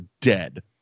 dead